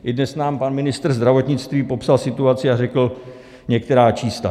I dnes nám pan ministr zdravotnictví popsal situaci a řekl některá čísla.